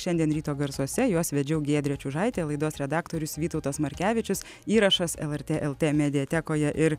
šiandien ryto garsuose juos vedžiau giedrė čiužaitė laidos redaktorius vytautas markevičius įrašas lrt lt mediatekoje ir